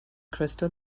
crystal